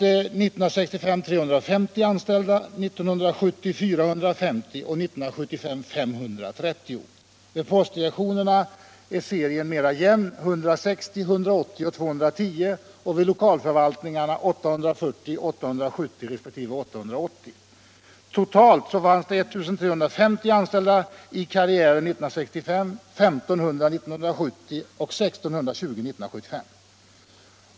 Det antalet hade ökat till 450 år 1970 och 530 år 1975. Vid postdircktionerna är serien mera jämn: 160, 180, 210. Vid lokalförvaltningarna är motsvarande siffror 840, 870 och 880. Totalt blir det 1 350 personer i karriären 1965, 1500 år 1970 och 1 620 år 1975.